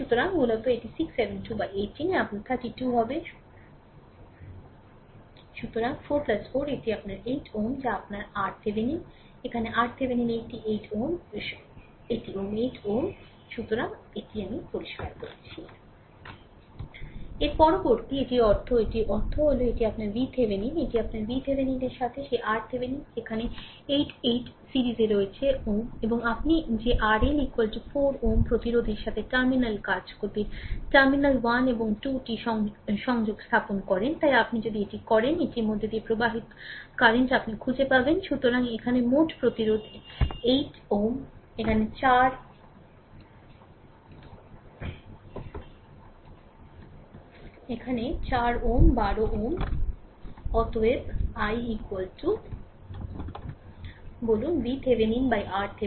সুতরাং মূলত এটি 67218 এ আপনার 32 হবে সুতরাং 4 4 এটি আপনার 8 Ω যা আপনার RThevenin সুতরাং এখানে RThevenin 80 8 Ω হয় Ω সুতরাং আমাকে এটি পরিষ্কার করুন সুতরাং এর পরবর্তী এটির অর্থ এটি হল এটি আপনার VThevenin এটি আপনার VThevenin র সাথে সেই RThevenin সেখানে 8 8 সিরিজে রয়েছে Ω এবং এখন আপনি যে RL 4 Ω প্রতিরোধের সাথে টার্মিনাল কাজ ক্ষতির টার্মিনাল 1 এবং 2 টি সংযোগ স্থাপন করেন তাই আপনি যদি এটি করেন তবে এটির মধ্য দিয়ে প্রবাহিত আপনি খুঁজে পাবেন সুতরাং এখানে মোট প্রতিরোধের এটি 8 Ω এখানে এটি 4 Ω 12 Ω অতএব i বলুন VThevenin RThevenin RL